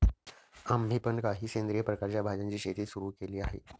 आम्ही पण काही सेंद्रिय प्रकारच्या भाज्यांची शेती सुरू केली आहे